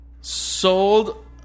sold